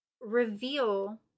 reveal